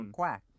quack